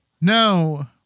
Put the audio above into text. No